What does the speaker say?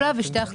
האחרונים